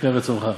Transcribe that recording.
מפני רצונך.